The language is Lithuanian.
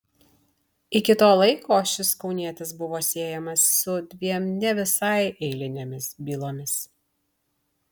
iki to laiko šis kaunietis buvo siejamas su dviem ne visai eilinėmis bylomis